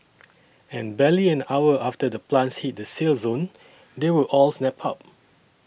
and barely an hour after the plants hit the sale zone they were all snapped up